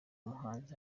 muhanzi